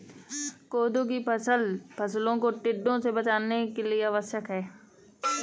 कोदो की फसलों को टिड्डों से बचाए रखना आवश्यक है